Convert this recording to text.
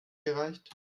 gereicht